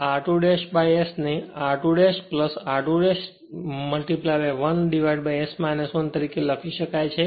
આ r2 S ને r2 r2 1S - 1 તરીકે લખી શકાય છે